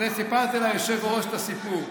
על זה סיפרתי ליושב-ראש את הסיפור.